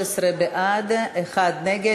13 בעד, אחד נגד.